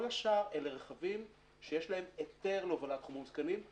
כל השאר אלה רכבים שיש להם היתר להובלת חומרים מסוכנים.